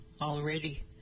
already